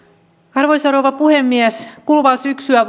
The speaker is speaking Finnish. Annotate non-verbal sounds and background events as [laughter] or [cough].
arvoisa rouva puhemies kuluvaa syksyä [unintelligible]